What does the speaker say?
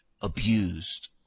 abused